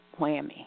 whammy